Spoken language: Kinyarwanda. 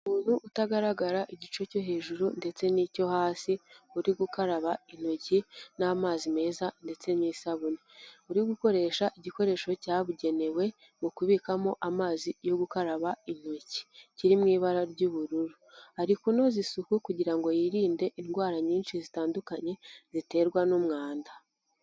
Umuntu utagaragara igice cyo hejuru ndetse n'icyo hasi uri gukaraba intoki n'amazi meza ndetse n'isabune, uri gukoresha igikoresho cyabugenewe mu kubikamo amazi yo gukaraba intoki kiri mu ibara ry'ubururu, ari kunoza isuku kugira ngo yirinde indwara nyinshi zitandukanye ziterwa n'umwanda.